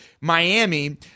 Miami